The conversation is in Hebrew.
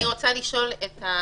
אני רוצה לשאול את גור,